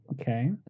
Okay